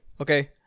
Okay